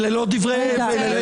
אלה לא דברי הבל.